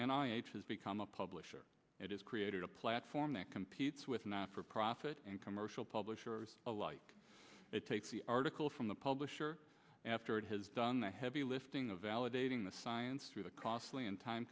and i h has become a publisher it has created a platform that competes with not for profit and commercial publishers alike it takes the article from the publisher after it has done the heavy lifting of validating the science through the